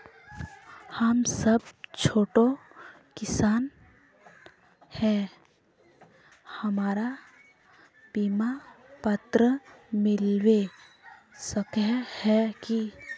हम सब छोटो किसान है हमरा बिमा पात्र मिलबे सके है की?